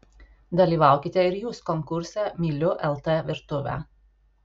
dalyvaukite ir jūs konkurse myliu lt virtuvę